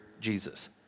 Jesus